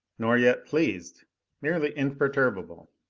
nor yet pleased merely imperturbable.